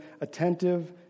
attentive